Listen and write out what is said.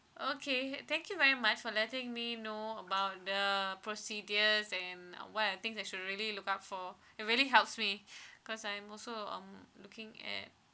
okay thank you very much for letting me know about the procedures and um what I think they should really look up for it really helps me cause I'm also um looking at